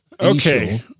Okay